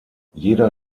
jeder